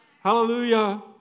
Hallelujah